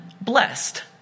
Blessed